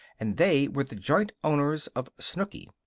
and they were the joint owners of snooky.